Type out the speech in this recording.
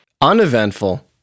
Uneventful